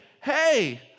hey